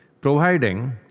providing